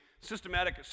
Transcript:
systematic